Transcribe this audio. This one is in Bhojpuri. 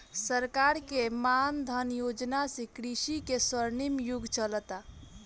सरकार के मान धन योजना से कृषि के स्वर्णिम युग चलता